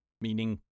Meaning